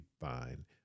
fine